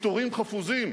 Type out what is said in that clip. ויתורים חפוזים,